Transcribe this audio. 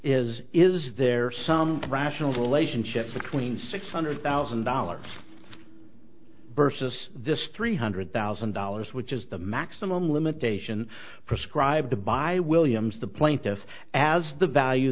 is is there some rational relationship between six hundred thousand dollars burgess this three hundred thousand dollars which is the maximum limitation prescribed to by williams the plaintiffs as the value